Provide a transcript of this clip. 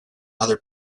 other